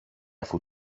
αφού